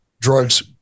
drugs